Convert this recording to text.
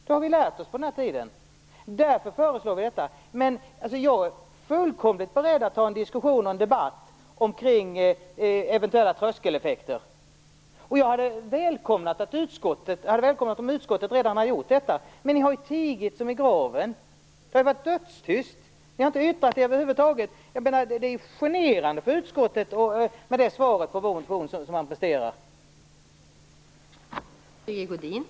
Det har vi lärt oss under den här tiden och därför föreslår vi detta. Jag är fullkomligt beredd att föra en diskussion och en debatt omkring eventuella tröskeleffekter, och jag hade välkomnat om man från utskottet hade gjort detta. Men ni har tigit som i graven! Det har varit dödstyst. Ni har inte yttrat er över huvud taget. Svaret som utskottet presterar på Vänsterpartiets motion är generande.